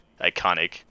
iconic